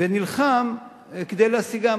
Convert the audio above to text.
ונלחם כדי להשיגם?